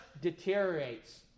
deteriorates